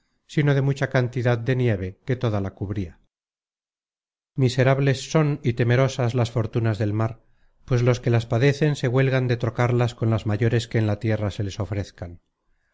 sino de mucha cantidad de nieve que toda la cubria miserables son y temerosas las fortunas del mar pues los que las padecen se huelgan de trocarlas con las mayores que en la tierra se les ofrezcan